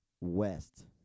West